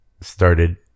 started